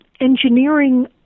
engineering